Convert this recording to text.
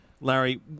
Larry